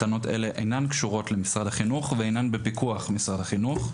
קייטנות אלה אינן קשורות למשרד החינוך ואינן בפיקוח משרד החינוך,